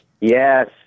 Yes